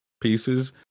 pieces